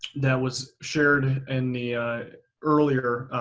that was shared in the earlier,